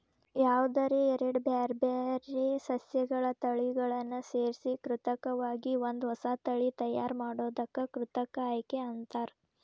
ಯಾವದರ ಎರಡ್ ಬ್ಯಾರ್ಬ್ಯಾರೇ ಸಸ್ಯಗಳ ತಳಿಗಳನ್ನ ಸೇರ್ಸಿ ಕೃತಕವಾಗಿ ಒಂದ ಹೊಸಾ ತಳಿ ತಯಾರ್ ಮಾಡೋದಕ್ಕ ಕೃತಕ ಆಯ್ಕೆ ಅಂತಾರ